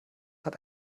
hat